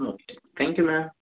okay thank you ma'am